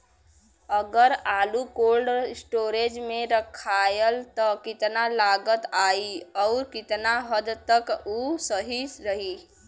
अगर आलू cold storage में रखायल त कितना लागत आई अउर कितना हद तक उ सही रही?